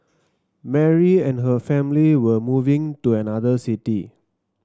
Mary and her family were moving to another city